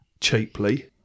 cheaply